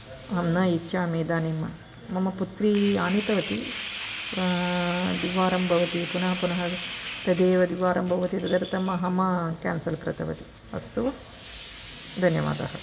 अहं न इच्छामि इदानीं मम पुत्री आनीतवती द्विवारं भवति पुनः पुनः तदेव द्विवारं भवति तदर्थम् अहं केन्सल् कृतवती अस्तु वा धन्यवादः